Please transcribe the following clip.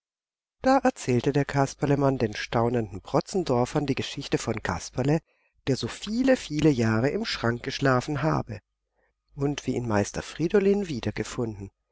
da erzählte der kasperlemann den staunenden protzendorfern die geschichte von kasperle der so viele viele jahre im schrank geschlafen habe und wie ihn meister friedolin wiedergefunden